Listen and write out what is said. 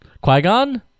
Qui-Gon